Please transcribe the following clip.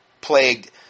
plagued